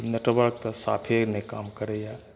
के नेटवर्क तऽ साफे नहि काम करैया